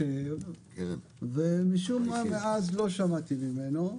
נשב, ומשום מה מאז לא שמעתי ממנו.